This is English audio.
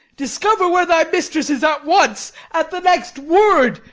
discover where thy mistress is at once, at the next word.